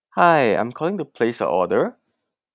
hi I'm calling to place a order